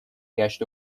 گشت